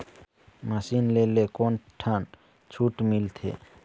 Machine ले ले कोन ठन छूट मिलथे?